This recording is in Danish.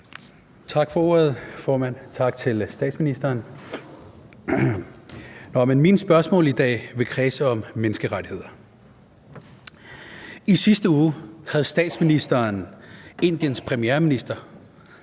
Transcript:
Tak for ordet, formand, og tak til statsministeren. Mine spørgsmål i dag vil kredse om menneskerettigheder. I sidste uge havde statsministeren Indiens premierminister